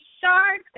Sharks